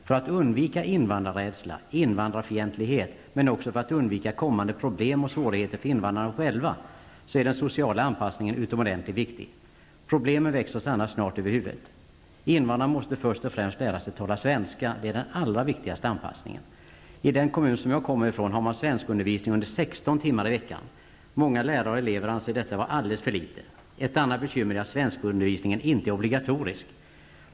För att undvika invandrarrädsla och invandrarfientlighet, men också för att undvika kommande problem och svårigheter för invandrarna själva, är den sociala anpassningen utomordentligt viktig. Problemen växer oss annars snart över huvudet. Invandrarna måste först och främst lära sig tala svenska. Det är den allra viktigaste anpassningen. I den kommun som jag kommer ifrån har man svenskundervisning 16 timmar i veckan. Många lärare och elever anser detta vara alldeles för litet. Ett annat bekymmer är att svenskundervisningen inte är obligatorisk.